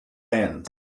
hands